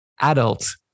adult